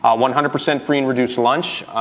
ah one hundred percent free and reduced lunch,